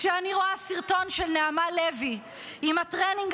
כשאני רואה סרטון של נעמה לוי עם הטרנינג